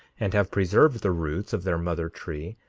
and have preserved the roots of their mother tree,